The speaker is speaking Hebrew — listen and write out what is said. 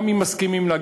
גם אם מסכימים לה,